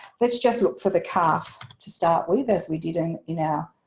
let's just look for the calf to start with, as we didn't you know